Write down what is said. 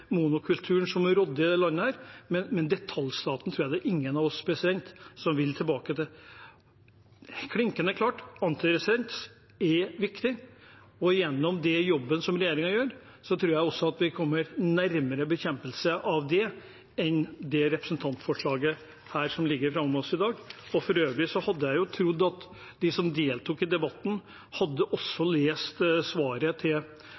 monokulturen som rådde i dette landet, men detaljstaten tror jeg ingen av oss vil tilbake til. Det er klinkende klart – antibiotikaresistens er viktig. Gjennom den jobben regjeringen gjør, tror jeg også vi kommer nærmere bekjempelse av det enn gjennom det representantforslaget som ligger framfor oss i dag. For øvrig hadde jeg trodd at de som deltok i debatten, hadde lest svaret til